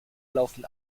laufen